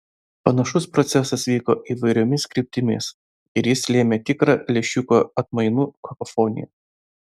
panašus procesas vyko įvairiomis kryptimis ir jis lėmė tikrą lęšiuko atmainų kakofoniją